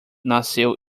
nasceu